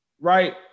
right